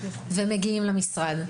והם מגיעים למשרד.